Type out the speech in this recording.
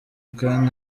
kandi